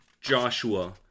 Joshua